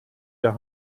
der